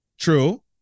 true